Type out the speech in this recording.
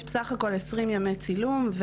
יש בסך הכל עשרים ימי צילום,